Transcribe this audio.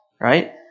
right